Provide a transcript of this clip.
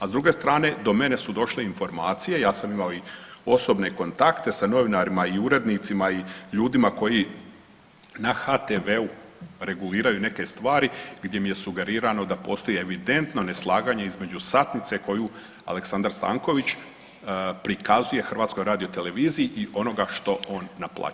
A s druge strane do mene su došle informacije, ja sam imao i osobne kontakte sa novinarima i urednicima i ljudima koji na HTV-u reguliraju neke stvari gdje mi je sugerirano da postoji evidentno neslaganje između satnice koju Aleksandar Stanković prikazuje HRT-u i onoga što on naplaćuje.